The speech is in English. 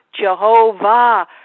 Jehovah